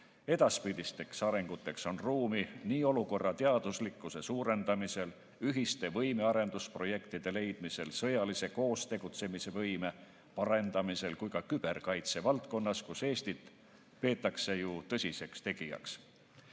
Edaspidisteks arenguteks on ruumi nii olukorra teaduslikkuse suurendamisel, ühiste võimearendusprojektide leidmisel, sõjalise koostegutsemisvõime arendamisel kui ka küberkaitse valdkonnas, kus Eestit peetakse ju tõsiseks tegijaks. Muutunud